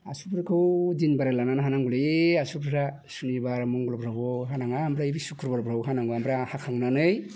आसिफोरखौ दिन बाराय लानानै हानांगौलै आसिफोरा सुनिबार मंगलबारफ्राव हानाङा ओमफ्राय बे सुक्रबाराव हानांगौ ओमफ्राय हाखांनानै